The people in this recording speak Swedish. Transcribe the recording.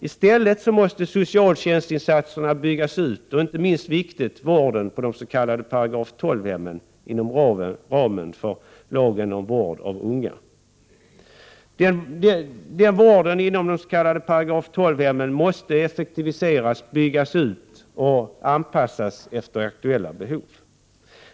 I stället måste socialtjänstinsatserna byggas ut och, inte minst viktigt, vården på de s.k. §12-hemmen inom ramen för lagen om vård av unga effektiviseras, byggas ut och anpassas efter aktuella behov.